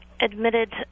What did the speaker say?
admitted